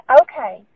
Okay